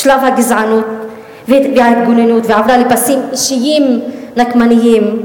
את שלב הגזענות וההתגוננות ועברה לפסים אישיים נקמניים.